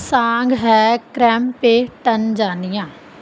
ਸਾਂਗ ਹੈ ਕ੍ਰਮ ਪੇ ਟਨ ਜਾਨੀ ਆ